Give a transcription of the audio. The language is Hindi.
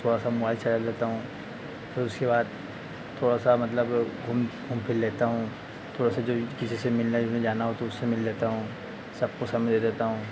थोड़ा सा मोआईल चला लेता हूँ फिर उसके बाद थोड़ा सा मतलब घूम घूम फिर लेता हूँ थोड़ा सा जो किसी से मिलने जुलने जाना हो तो उससे मिल लेता हूँ सबको समय दे देता हूँ